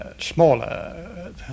smaller